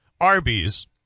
Arby's